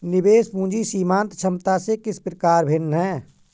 निवेश पूंजी सीमांत क्षमता से किस प्रकार भिन्न है?